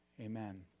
amen